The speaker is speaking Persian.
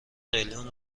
قلیون